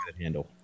handle